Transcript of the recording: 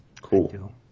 Cool